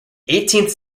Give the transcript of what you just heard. eighteenth